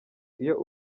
iyo